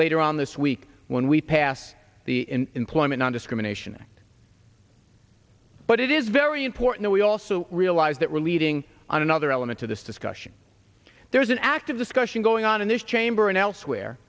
later on this week when we passed the employment nondiscrimination act but it is very important we also realize that we're leading on another element to this discussion there is an active discussion going on an issue chamber and elsewhere